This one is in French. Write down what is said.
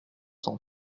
cent